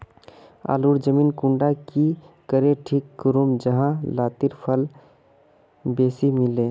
आलूर जमीन कुंडा की करे ठीक करूम जाहा लात्तिर फल बेसी मिले?